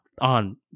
on